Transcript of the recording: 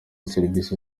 serivisi